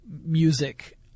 music